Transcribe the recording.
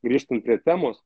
grįžtant prie temos